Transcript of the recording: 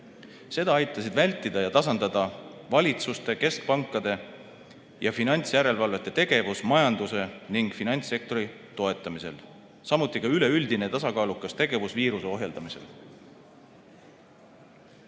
Seda aitasid vältida ja tasandada valitsuste, keskpankade ja finantsjärelevalvete tegevus majanduse ning finantssektori toetamisel, samuti üleüldine tasakaalukas tegevus viiruse ohjeldamisel.2020.